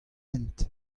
hent